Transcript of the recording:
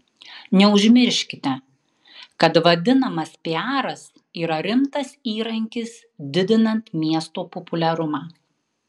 neužmirškite kad vadinamas piaras yra rimtas įrankis didinant miesto populiarumą